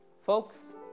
Folks